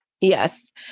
Yes